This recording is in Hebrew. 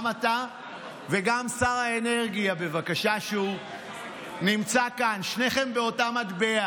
גם אתה וגם שר האנרגיה, שנמצא כאן, בבקשה.